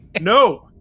no